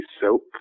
Soap